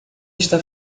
está